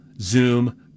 Zoom